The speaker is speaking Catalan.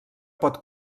pot